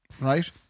Right